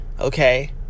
Okay